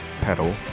pedal